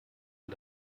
man